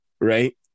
right